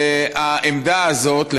העמדה הזאת,